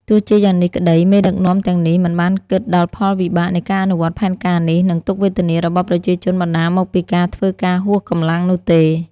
ទោះជាយ៉ាងនេះក្តី មេដឹកនាំទាំងនេះមិនបានគិត ដល់ផលវិបាកនៃការអនុវត្តផែនការនេះ និងទុក្ខវេទនារបស់ប្រជាជនបណ្តាលមកពីការធ្វើការហួសកម្លាំងនោះទេ។